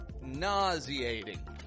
nauseating